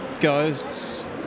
ghosts